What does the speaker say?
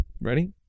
ready